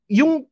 yung